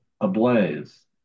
ablaze